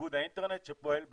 איגוד האינטרנט שפועל בתחום,